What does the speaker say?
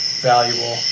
valuable